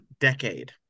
decade